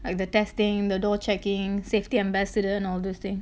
like the testing the door checking safety ambassador and all those thing